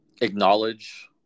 acknowledge